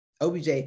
Obj